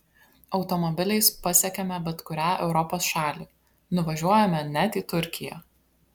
automobiliais pasiekiame bet kurią europos šalį nuvažiuojame net į turkiją